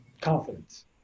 confidence